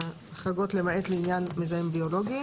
למעט החרגות לעניין מזהם ביולוגי.